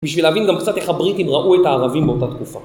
בשביל להבין גם קצת איך הבריטים ראו את הערבים באותה תקופה.